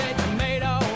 tomato